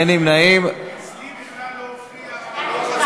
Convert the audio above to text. אין נמנעים, אצלי בכלל לא הופיע לוח הצבעה.